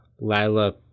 Lila